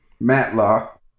Matlock